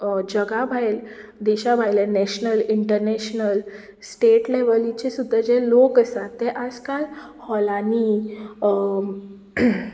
जगा भायलें देशा भायले नेशनल इंटर्नेशनल स्टेट लेव्हलीचे सुद्दां जे लोक आसा ते आयजकाल हॉलांनी